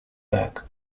back